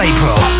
April